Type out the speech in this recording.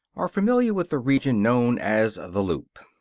are familiar with the region known as the loop.